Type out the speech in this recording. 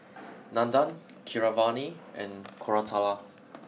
Nandan Keeravani and Koratala